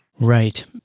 Right